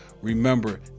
Remember